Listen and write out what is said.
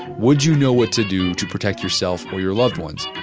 would you know what to do to protect yourself or your loved ones.